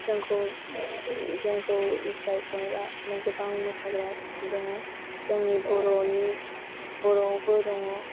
जोंखौ जोंखौ बेरखांग्रा गोबां मोसाग्रा दङ जोंनि बर'नि बर'आवबो दङ